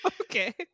Okay